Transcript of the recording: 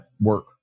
Work